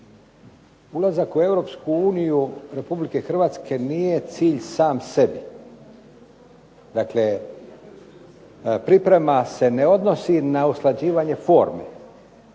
Ulazak u Europsku uniju Republike Hrvatske nije cilj sam sebi. Dakle, priprema se ne odnosi na usklađivanje forme,